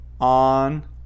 on